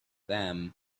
them